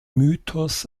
mythos